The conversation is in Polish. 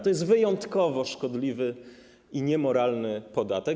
To jest wyjątkowo szkodliwy i niemoralny podatek.